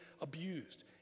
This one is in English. abused